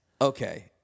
Okay